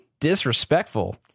disrespectful